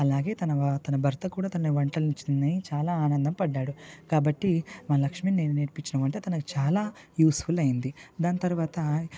అలాగే తన తన భర్త కూడా తన వంటలని తిని చాలా ఆనంద పడ్డాడు కాబట్టి మా లక్ష్మి నేను నేర్పించిన వంట తనకు చాలా యూజుఫుల్ అయింది దాని తర్వాత